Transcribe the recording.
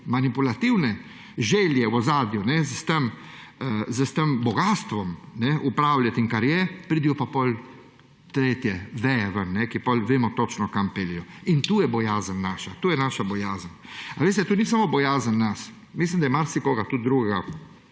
manipulativne želje v ozadju, s tem bogastvom upravljat in kar je, pridejo pa potem tretje veje ven, ki potem vemo točno, kam peljejo in tu je bojazen naša, to je naša bojazen. Ali veste, to ni samo bojazen nas. Mislim, da je marsikoga, tudi drugega,